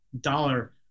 dollar